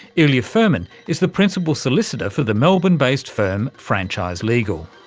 ilya furman is the principal solicitor for the melbourne based firm franchise legal.